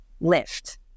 lift